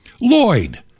Lloyd